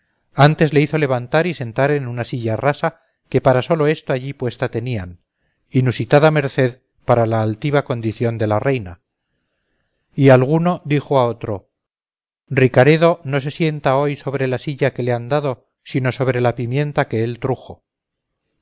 antes le hizo levantar y sentar en una silla rasa que para sólo esto allí puesta tenían inusitada merced para la altiva condición de la reina y alguno dijo a otro ricaredo no se sienta hoy sobre la silla que le han dado sino sobre la pimienta que él trujo